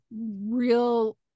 Real